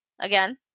again